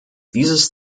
dieses